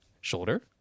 shoulder